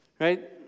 right